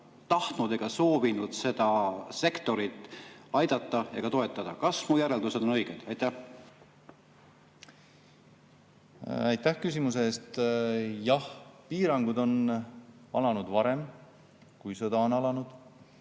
tahtnud ega soovinud seda sektorit aidata ega toetada. Kas mu järeldused on õiged? Aitäh küsimuse eest! Jah, piirangud algasid varem kui sõda. Ka